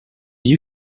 you